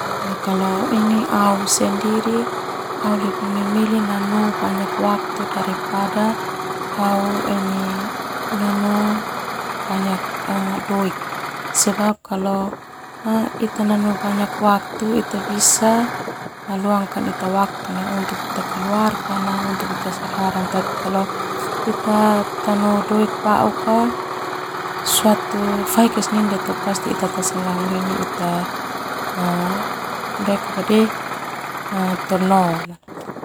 Kalau ini au sendiri au lebih memilih nanu banyak waktu daripada au ini nanu banyak doi. Sebab kalo ita nanu banyak waktu ita bisa luangkan ita waktu untuk keluarga na untuk saudara tapi kalo ita doi uka suatu senggang ini ita.